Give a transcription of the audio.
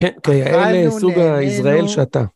‫כי היה לי סוג הישראל שעתה.